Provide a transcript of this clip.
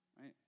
right